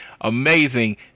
amazing